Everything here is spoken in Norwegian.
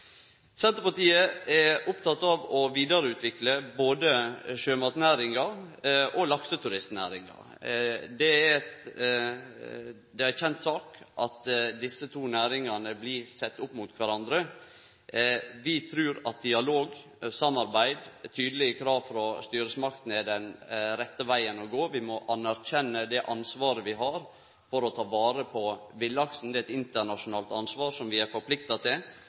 Senterpartiet er oppteke av å vidareutvikle både sjømatnæringa og lakseturistnæringa. Det er ei kjend sak at desse to næringane blir sette opp mot kvarandre. Vi trur at dialog, samarbeid og tydelege krav frå styresmaktene er den rette vegen å gå. Vi må anerkjenne det ansvaret vi har for å ta vare på villaksen. Det er eit internasjonalt ansvar som vi er forplikta